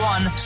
One